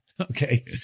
Okay